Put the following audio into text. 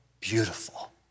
beautiful